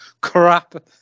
crap